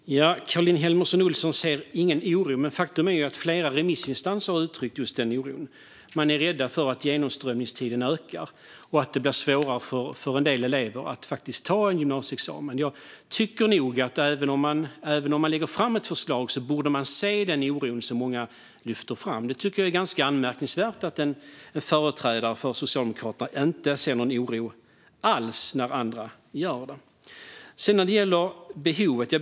Fru talman! Caroline Helmersson Olsson ser ingen oro, men faktum är ju att flera remissinstanser har uttryckt just denna oro. De är rädda för att genomströmningstiden ökar och att det blir svårare för en del elever att ta en gymnasieexamen. Även om man lägger fram ett förslag borde man se den oro som många lyfter fram. Jag tycker att det är ganska anmärkningsvärt att en företrädare för Socialdemokraterna inte ser någon oro alls när andra gör det.